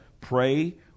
pray